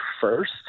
first